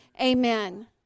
amen